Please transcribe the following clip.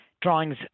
drawings